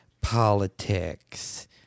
politics